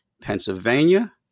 Pennsylvania